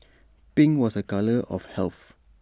pink was A colour of health